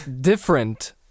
different